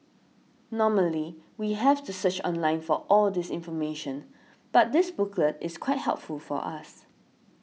normally we have to search online for all this information but this booklet is quite helpful for us